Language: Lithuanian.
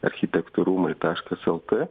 architektų rūmaitaškas lt